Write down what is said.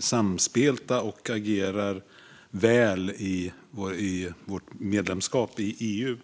samspelta och agerar väl i vårt medlemskap i EU.